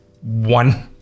one